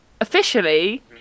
officially